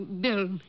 Bill